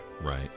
right